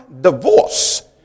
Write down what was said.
divorce